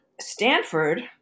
Stanford